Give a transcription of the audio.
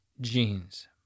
genes